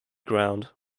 ground